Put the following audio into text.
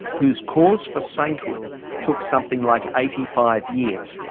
whose cause for sainthood took something like eighty five years.